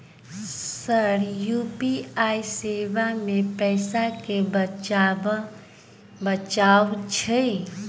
Sir UPI सेवा मे पैसा केँ बचाब छैय?